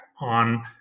on